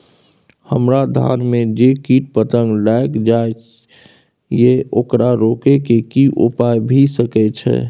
हमरा धान में जे कीट पतंग लैग जाय ये ओकरा रोके के कि उपाय भी सके छै?